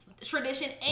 Tradition